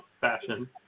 fashion